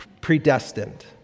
predestined